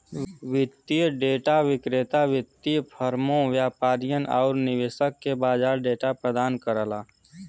वित्तीय डेटा विक्रेता वित्तीय फर्मों, व्यापारियन आउर निवेशक के बाजार डेटा प्रदान करला